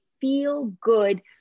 feel-good